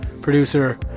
producer